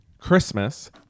Christmas